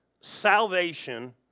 salvation